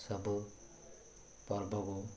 ସବୁ ପର୍ବକୁ